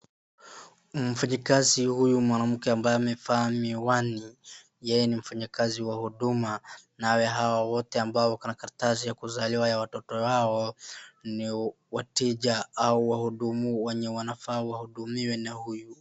Mfanyikazi huyu mwanamke ambaye amevaa miwani, yeye ni mfanyikazi wa huduma. Nawe hawa wote ambao wako na karatasi ya kuzaliwa ya watoto wao, ni wateja au wahudumu wenye wanafaa wahudumiwe na huyu.